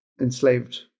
enslaved